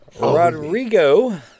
Rodrigo